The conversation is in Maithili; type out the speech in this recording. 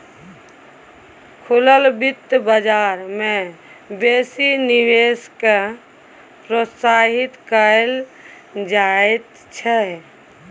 खुलल बित्त बजार मे बेसी निवेश केँ प्रोत्साहित कयल जाइत छै